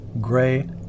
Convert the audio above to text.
gray